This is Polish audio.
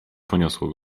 poniosło